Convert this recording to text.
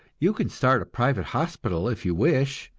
you can start a private hospital if you wish,